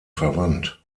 verwandt